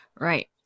Right